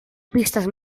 pista